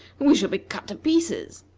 we shall be cut to pieces.